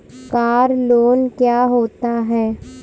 Car loan क्या होता है?